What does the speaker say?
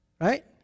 Right